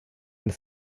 eine